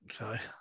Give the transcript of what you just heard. Okay